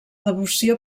devoció